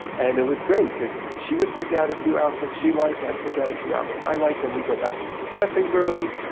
and it was great, because she would pick out a few outfits she liked, i would pick out a few outfits i liked, then we'd go back into the dressing room,